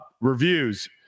reviews